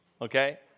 Okay